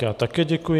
Já také děkuji.